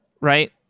right